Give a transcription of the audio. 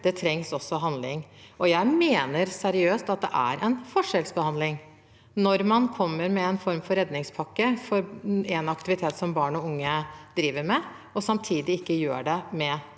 Det trengs også handling. Jeg mener seriøst at det er en forskjellsbehandling når man kommer med en form for redningspakke for én aktivitet som barn og unge driver med, og samtidig ikke gjør det med andre.